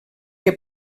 que